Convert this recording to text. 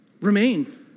Remain